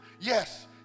Yes